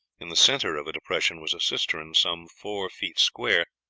in the center of a depression was a cistern, some four feet square,